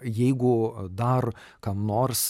jeigu dar kam nors